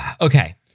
okay